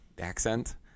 accent